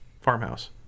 Farmhouse